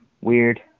weird